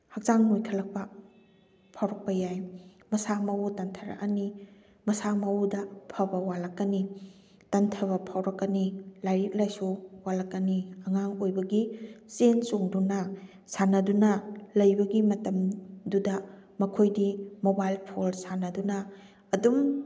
ꯍꯛꯆꯥꯡ ꯅꯣꯏꯈꯠꯂꯛꯄ ꯐꯥꯎꯔꯛꯄ ꯌꯥꯏ ꯃꯁꯥ ꯃꯎ ꯇꯟꯊꯔꯛꯑꯅꯤ ꯃꯁꯥ ꯃꯎꯗ ꯐꯕ ꯋꯥꯠꯂꯛꯀꯅꯤ ꯇꯟꯊꯕ ꯐꯥꯎꯔꯛꯀꯅꯤ ꯂꯥꯏꯔꯤꯛ ꯂꯥꯏꯁꯨ ꯋꯥꯠꯂꯛꯀꯅꯤ ꯑꯉꯥꯡ ꯑꯣꯏꯕꯒꯤ ꯆꯦꯟ ꯆꯣꯡꯗꯨꯅ ꯁꯥꯟꯅꯗꯨꯅ ꯂꯩꯕꯒꯤ ꯃꯇꯝꯗꯨꯗ ꯃꯈꯣꯏꯗꯤ ꯃꯣꯕꯥꯏꯜ ꯐꯣꯜ ꯁꯥꯟꯅꯗꯨꯅ ꯑꯗꯨꯝ